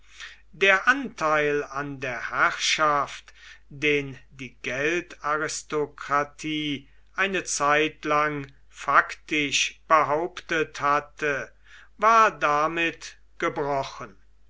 der anteil an der herrschaft den die geldaristokratie eine zeitlang faktisch behauptet hatte war damit gebrochen